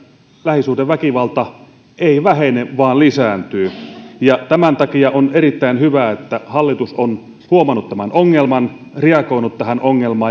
lähisuhdeväkivalta ei vähene vaan lisääntyy tämän takia on erittäin hyvä että hallitus on huomannut tämän ongelman reagoinut tähän ongelmaan